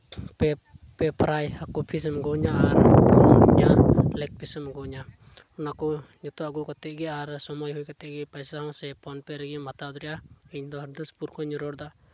ᱯᱮ ᱯᱮ ᱯᱷᱨᱟᱭ ᱦᱟᱹᱠᱩ ᱯᱤᱥᱮᱢ ᱟᱹᱜᱩᱣᱟᱹᱧᱟ ᱟᱨ ᱯᱳᱱᱭᱟ ᱞᱮᱜᱽ ᱯᱤᱥ ᱮᱢ ᱟᱹᱜᱩᱣᱟᱹᱧᱟ ᱚᱱᱟᱠᱚ ᱡᱚᱛᱚ ᱟᱹᱜᱩ ᱠᱟᱛᱮᱜᱮ ᱟᱨ ᱥᱚᱢᱚᱭ ᱦᱩᱭ ᱠᱟᱛᱮᱜᱮ ᱯᱚᱭᱥᱟ ᱦᱚᱸ ᱥᱮ ᱯᱷᱳᱱ ᱯᱮ ᱨᱮᱜᱮᱢ ᱦᱟᱛᱟᱣ ᱫᱟᱲᱮᱭᱟᱜᱼᱟ ᱤᱧᱫᱚ ᱦᱚᱨᱤᱫᱟᱥᱯᱩᱨ ᱠᱷᱚᱡ ᱤᱧ ᱨᱚᱲᱫᱟ